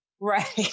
right